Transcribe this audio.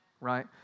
right